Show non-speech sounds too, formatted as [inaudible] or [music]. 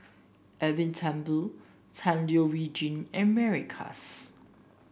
Edwin Thumboo Tan Leo Wee [unintelligible] and Mary Klass